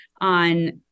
on